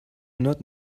not